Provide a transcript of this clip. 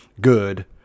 good